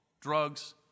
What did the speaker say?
drugs